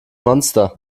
monster